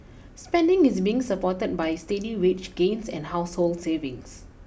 spending is being supported by steady wage gains and household savings